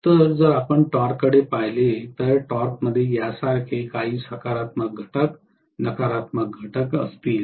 तर जर आपण टॉर्ककडे पाहिले तर टॉर्कमध्ये यासारखे काही सकारात्मक घटक नकारात्मक घटक असतील